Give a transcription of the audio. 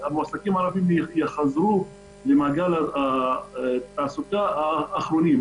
המועסקים הערבים יחזרו למעגל התעסוקה אחרונים.